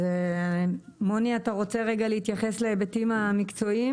אז מוני אתה רוצה רגע להתייחס להיבטים המקצועיים?